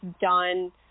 done